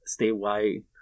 statewide